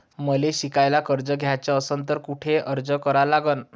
मले शिकायले कर्ज घ्याच असन तर कुठ अर्ज करा लागन?